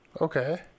Okay